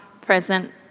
present